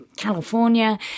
California